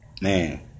Man